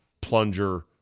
plunger